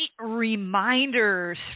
reminders